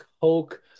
coke